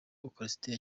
ukarisitiya